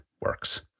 works